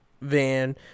van